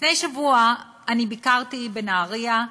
לפני שבוע ביקרתי בנהריה,